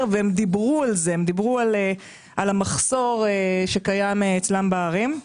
ודיברו על המחסור שקיים אצלם בערים.